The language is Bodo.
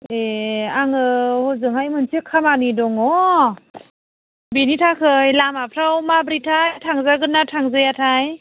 ए आङो हजोंहाय मोनसे खामानि दङ बेनि थाखाय लामाफ्राव माब्रैथाय थांजागोन ना थांजाया थाय